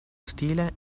stile